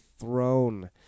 throne